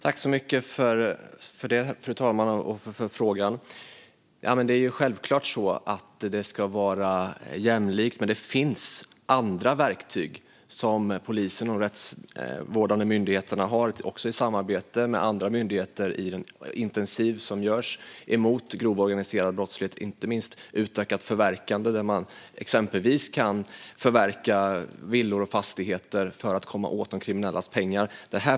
Fru talman! Det ska självklart vara jämlikt. Det finns även andra verktyg för polisen och de rättsvårdande myndigheterna, också i samarbete med andra myndigheter, i det intensiva arbete som görs mot grov organiserad brottslighet. Det gäller inte minst utökat förverkande - man kan exempelvis förverka villor och andra fastigheter för att komma åt de kriminellas pengar.